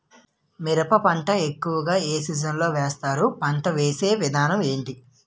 మిరప పంట ఎక్కువుగా ఏ సీజన్ లో వేస్తారు? పంట వేసే విధానం ఎంటి?